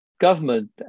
government